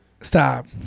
stop